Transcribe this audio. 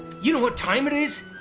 you know what time it is?